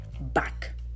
back